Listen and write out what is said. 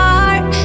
heart